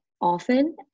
often